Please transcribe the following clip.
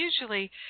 usually